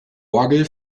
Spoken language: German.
orgel